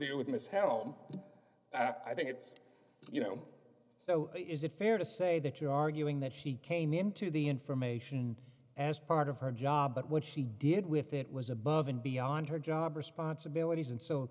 do with ms helm i think it's you know so is it fair to say that you arguing that she came into the information as part of her job but what she did with it was above and beyond her job responsibilities and so